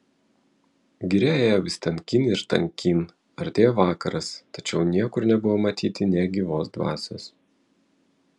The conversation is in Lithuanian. giria ėjo vis tankyn ir tankyn artėjo vakaras tačiau niekur nebuvo matyti nė gyvos dvasios